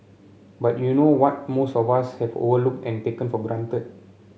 but you know what most of us have overlooked and taken for granted